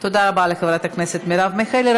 תודה רבה לחברת הכנסת מרב מיכאלי.